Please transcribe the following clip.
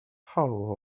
how